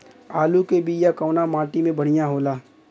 आलू के बिया कवना माटी मे बढ़ियां होला?